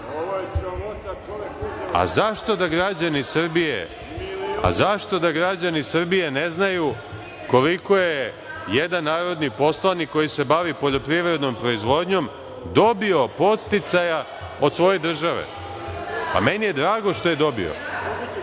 zašto da građani Srbije ne znaju koliko je jedan narodni poslanik koji se bavi poljoprivrednom proizvodnjom dobio podsticaja od svoje države? Pa meni je drago što je dobio.